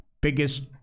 biggest